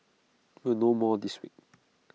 we'll know more this week